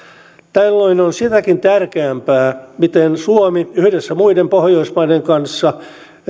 tällöin on sitäkin tärkeämpää mitä suomi yhdessä muiden pohjoismaiden kanssa